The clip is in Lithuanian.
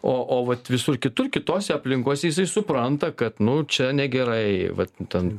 o o vat visur kitur kitose aplinkose jisai supranta kad nu čia negerai va ten